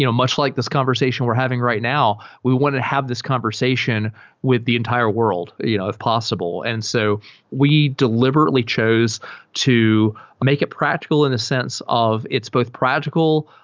you know much like this conversation we're having right now, we want to have this conversation with the entire world, you know if possible. and so we deliberately chose to make it practical in a sense of its both practical.